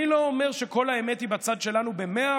אני לא אומר שכל האמת היא בצד שלנו במאה